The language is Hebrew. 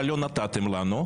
אבל לא נתתם לנו.